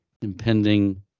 impending